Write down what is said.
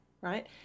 right